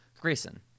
Grayson